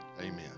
Amen